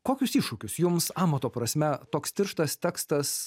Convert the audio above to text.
kokius iššūkius jums amato prasme toks tirštas tekstas